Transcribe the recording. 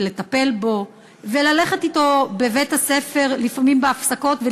ולטפל בו וללכת אתו בבית-הספר בהפסקות לפעמים,